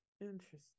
interesting